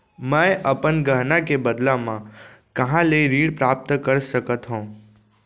मै अपन गहना के बदला मा कहाँ ले ऋण प्राप्त कर सकत हव?